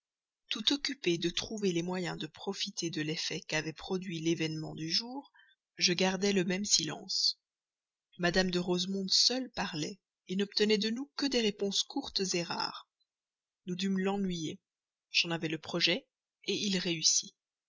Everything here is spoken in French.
tout occupé de trouver les moyens de profiter de l'effet qu'avait produit l'événement du jour je gardais le même silence mme de rosemonde parlait seule n'obtenait de nous que des réponses courtes rares nous dûmes l'ennuyer j'en avais le projet il réussit